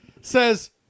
says